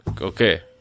Okay